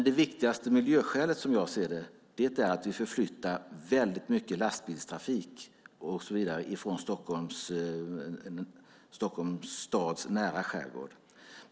Det viktigaste miljöskälet, som jag ser det, är emellertid att vi förflyttar väldigt mycket lastbilstrafik från Stockholms stads nära skärgård.